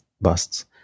busts